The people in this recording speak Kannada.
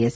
ಎಸ್